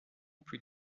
plus